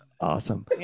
Awesome